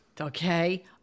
Okay